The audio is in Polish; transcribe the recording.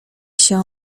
się